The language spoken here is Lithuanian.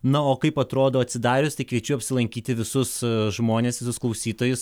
na o kaip atrodo atsidarius tai kviečiu apsilankyti visus žmones visus klausytojus